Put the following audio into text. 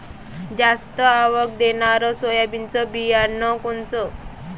जास्त आवक देणनरं सोयाबीन बियानं कोनचं?